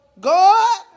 God